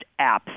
apps